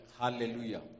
Hallelujah